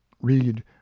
read